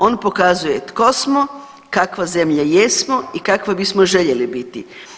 On pokazuje tko smo, kakva zemlja jesmo i kakva bismo željeli biti.